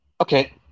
okay